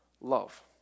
love